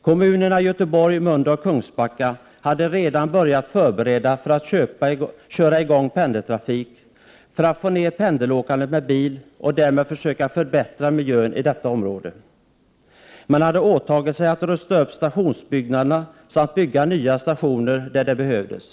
Kommunerna Göteborg, Mölndal och Kungsbacka hade redan börjat förbereda för pendeltrafik för att få ned antalet bilpendlare och på det sättet försöka förbättra miljön i området. Man hade åtagit sig att rusta upp stationsbyggnaderna samt bygga nya stationer där det behövdes.